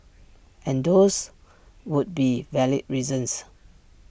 and those would be valid reasons